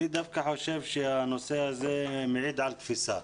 אני דווקא חושב שהנושא הזה מעיד על תפיסה,